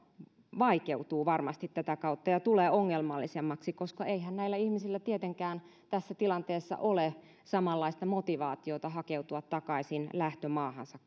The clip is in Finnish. vaikeutuu varmasti tätä kautta ja tulee ongelmallisemmaksi koska eihän näillä ihmisillä tietenkään tässä tilanteessa ole samanlaista motivaatiota hakeutua takaisin lähtömaahansa